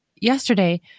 yesterday